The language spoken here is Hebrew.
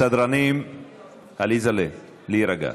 סדרנים, עליזה'לה, להירגע.